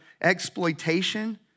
exploitation